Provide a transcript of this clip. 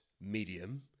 medium